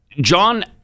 John